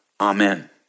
Amen